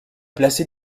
placé